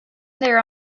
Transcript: there